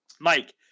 mike